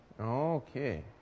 Okay